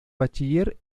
bachiller